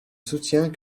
soutient